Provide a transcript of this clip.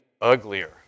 uglier